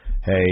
hey